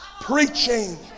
preaching